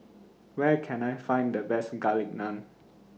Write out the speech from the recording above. Where Can I Find The Best Garlic Naan